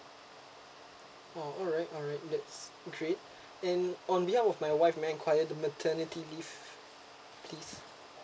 oh alright alright that's great and on behalf of wife may I enquire the maternity leave please